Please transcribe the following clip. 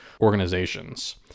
organizations